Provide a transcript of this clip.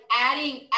adding